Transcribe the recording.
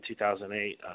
2008